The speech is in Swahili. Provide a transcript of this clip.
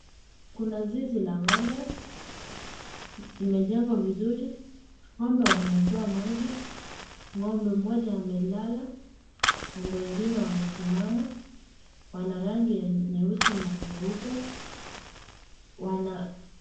Kuna zizi la ng'ombe. Imejengwa vizuri. Ng'ombe wamewekewa maji. Ng'ombe mmoja amelala. Ng'ombe wengine wamesimama. Wana rangi ya nyeusi na nyeupe. Wana